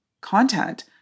content